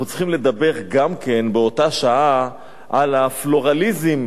אנחנו צריכים לדבר גם כן באותה שעה על הפלורליזם,